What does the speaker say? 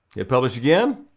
hit publish again,